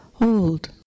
old